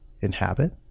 inhabit